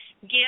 Give